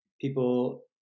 people